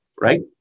right